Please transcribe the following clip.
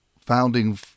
founding